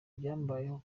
byambayeho